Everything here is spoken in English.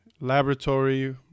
laboratory